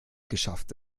geschafft